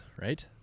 right